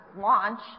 launch